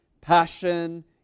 passion